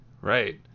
Right